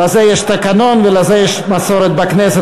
לזה יש תקנון, ולזה יש מסורת בכנסת.